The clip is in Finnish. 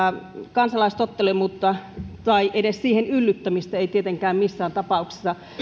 kansalaistottelemattomuutta tai edes siihen yllyttämistä ei tietenkään missään tapauksessa